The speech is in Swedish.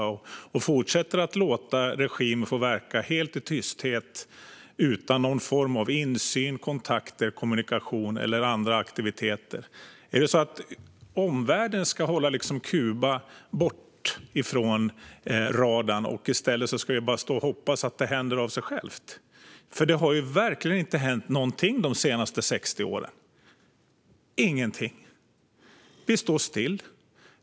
Är det bättre att vi fortsätter att låta regimen få verka helt i tysthet utan någon form av insyn, kontakter, kommunikation eller andra aktiviteter? Ska omvärlden hålla Kuba borta från radarn och i stället bara stå och hoppas att det ska hända av sig självt? Det har ju verkligen inte hänt någonting de senaste 60 åren - ingenting. Det står still.